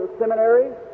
seminaries